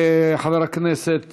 לחבר הכנסת